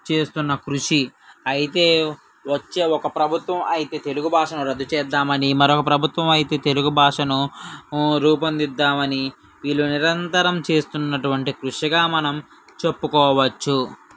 చేస్తున్న కృషి అయితే వచ్చే ఒక ప్రభుత్వం అయితే తెలుగు భాషను రద్దు చేద్దామని మరో ప్రభుత్వం అయితే తెలుగు భాషను రూపొందిద్దామని వీళ్ళు నిరంతరం చేస్తున్నటువంటి కృషిగా మనం చెప్పుకోవచ్చు